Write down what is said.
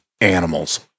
Animals